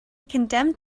condemned